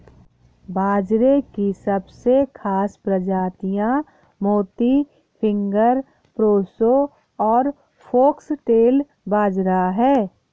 बाजरे की सबसे खास प्रजातियाँ मोती, फिंगर, प्रोसो और फोक्सटेल बाजरा है